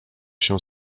się